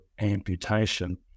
amputation